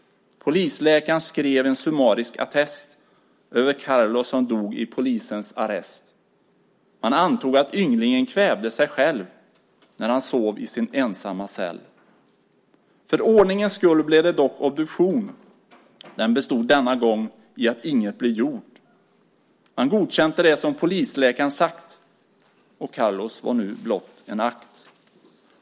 Polisläkar'n skrev en summarisk attest över Carlos som dog i polisens arrest. Man antog att ynglingen kvävde sej själv när han sov i sin ensamma cell. För ordningens skull blev det dock obduktion. Den bestod denna gång i att inget blev gjort. Man godkänte det som polisläkar'n sagt, och Carlos var nu blott en akt.